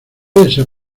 desea